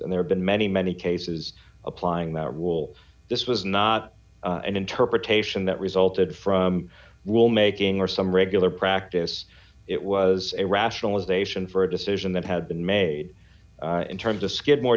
and there been many many cases applying that rule this was not an interpretation that resulted from rule making or some regular practice it was a rationalization for a decision that had been made in terms of skidmore